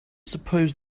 suppose